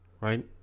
right